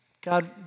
God